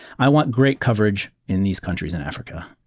i want great coverage in these countries in africa,